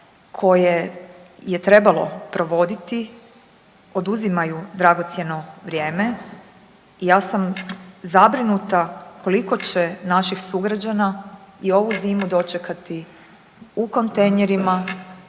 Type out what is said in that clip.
koje je trebalo provoditi oduzimaju dragocjeno vrijeme. Ja sam zabrinuta koliko će naših sugrađana i ovu zimu dočekati u kontejnerima,